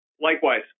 Likewise